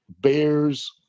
Bears